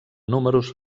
números